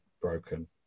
broken